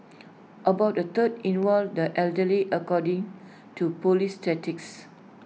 about A third involved the elderly according to Police